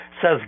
says